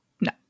No